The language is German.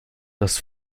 dass